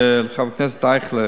חבר הכנסת אייכלר,